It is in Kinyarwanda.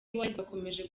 bakomeje